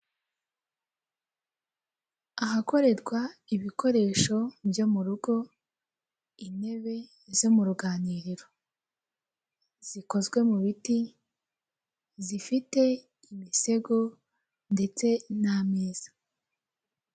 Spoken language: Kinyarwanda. Ahakorerwa ibikoresho byo mu rugo, intebe zo mu ruganiriro, zikozwe mu biti zifite imisego ndetse n'ameza.